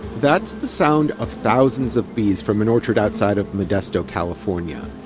that's the sound of thousands of bees from an orchard outside of modesto, california.